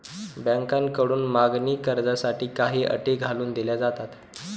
बँकांकडून मागणी कर्जासाठी काही अटी घालून दिल्या जातात